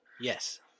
Yes